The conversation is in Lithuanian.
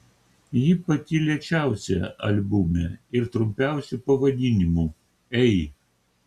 ji pati lėčiausia albume ir trumpiausiu pavadinimu ei